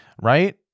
right